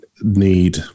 need